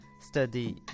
study